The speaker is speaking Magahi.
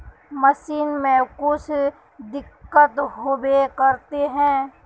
मशीन में कुछ दिक्कत होबे करते है?